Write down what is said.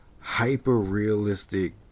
hyper-realistic